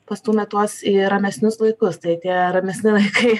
pastūmė tuos į ramesnius laikus tai tie ramesni laikai